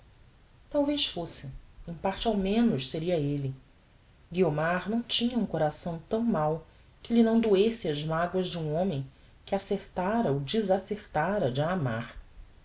talvez fosse em parte ao menos seria elle guiomar não tinha um coração tão mau que lhe não doessem as maguas de um homem que acertara ou desacertara de a amar